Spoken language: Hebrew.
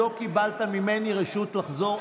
לא קיבלת ממני רשות לחזור,